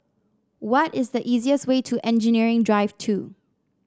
what is the easiest way to Engineering Drive Two